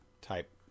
type